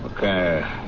Okay